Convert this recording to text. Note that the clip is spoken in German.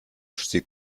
sieht